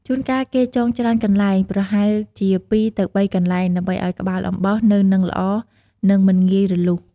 ជួនកាលគេចងច្រើនកន្លែង ប្រហែលជា ២ ទៅ ៣ កន្លែង ដើម្បីឲ្យក្បាលអំបោសនៅនឹងល្អ និងមិនងាយរលុះ។